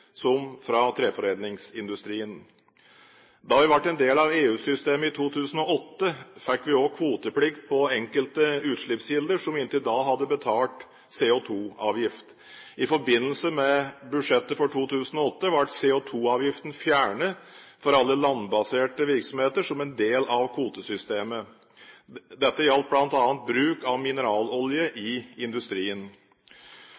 som fra treforedlingsindustrien. Da vi ble en del av EU-systemet i 2008, fikk vi også kvoteplikt på enkelte utslippskilder som inntil da hadde betalt CO2-avgift. I forbindelse med budsjettet for 2008 ble CO2-avgiften fjernet for alle landbaserte virksomheter som en del av kvotesystemet. Dette gjaldt bl.a. bruk av mineralolje i